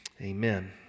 Amen